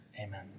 amen